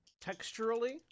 texturally